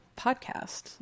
podcast